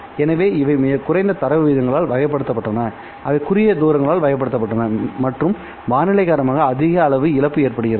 எனவே இவை மிகக் குறைந்த தரவு விகிதங்களால் வகைப்படுத்தப்பட்டன அவை குறுகிய தூரங்களால் வகைப்படுத்தப்பட்டன மற்றும் வானிலை காரணமாக அதிக அளவு இழப்பு ஏற்படுகிறது